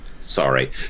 sorry